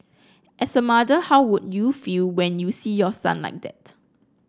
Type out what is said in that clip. as a mother how would you feel when you see your son like that